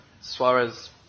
Suarez